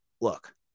Look